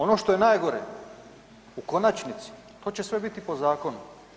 Ono što je najgore u konačnici, to će sve biti po zakonu.